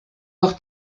noch